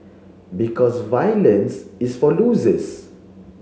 because violence is for losers